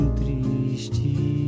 triste